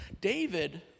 David